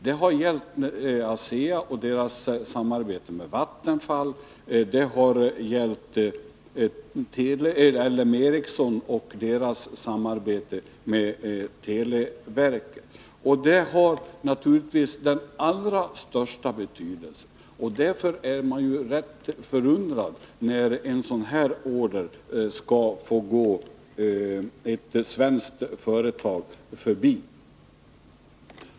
Det gäller ASEA i samarbete med Vattenfall samt L M Ericsson och det företagets samarbete med televerket. Naturligtvis har det den allra största betydelse. Därför är man rätt förundrad över att en order av detta slag skall få gå ett svenskt företag förbi.